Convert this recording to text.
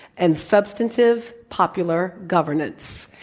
and substantive popular governance.